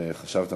חשבת נכון.